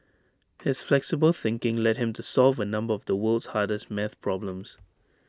his flexible thinking led him to solve A number of the world's hardest math problems